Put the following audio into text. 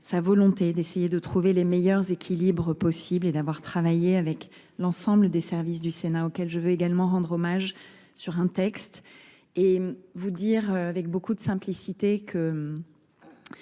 sa volonté d'essayer de trouver les meilleurs équilibres possibles et d'avoir travaillé avec l'ensemble des services du Sénat auquel je veux également rendre hommage sur un texte et vous dire avec beaucoup de simplicité que